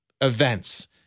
events